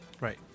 Right